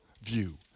view